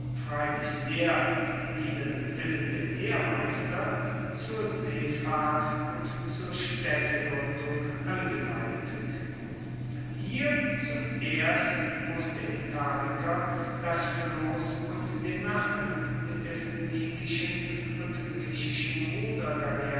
freilich sehr wider den willen der lehrmeister zur seefahrt und zur staedtegruendung angeleitet hier zuerst muss der italiker das floss und den nachen mit der phoenikischen und griechischen